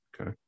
Okay